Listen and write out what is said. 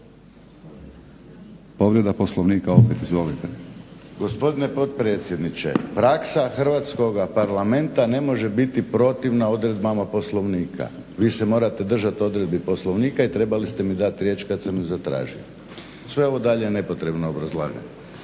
**Mlakar, Davorin (HDZ)** Gospodine potpredsjedniče. Praksa Hrvatskoga parlamenta ne može biti protivna odredbama Poslovnika. Vi se morate držati odredbi Poslovnika i trebali ste mi dati riječ kada sam ju zatražio sve ovo dalje nepotrebno obrazlaganje.